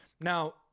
Now